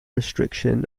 restriction